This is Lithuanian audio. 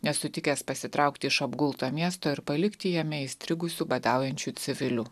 nesutikęs pasitraukti iš apgulto miesto ir palikti jame įstrigusių badaujančių civilių